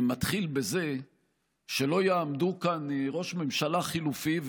מתחיל בזה שלא יעמדו כאן ראש ממשלה חלופי,